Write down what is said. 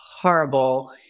horrible